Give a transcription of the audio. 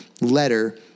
letter